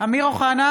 אמיר אוחנה,